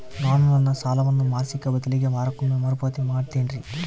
ನಾನು ನನ್ನ ಸಾಲವನ್ನು ಮಾಸಿಕ ಬದಲಿಗೆ ವಾರಕ್ಕೊಮ್ಮೆ ಮರುಪಾವತಿ ಮಾಡ್ತಿನ್ರಿ